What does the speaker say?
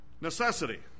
Necessity